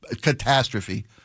catastrophe